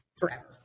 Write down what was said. forever